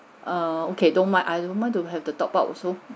err okay don't mind I don't mind to have the top up also